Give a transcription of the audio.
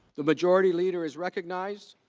the majority leader is recognized.